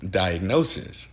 diagnosis